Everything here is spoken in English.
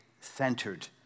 centered